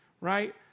right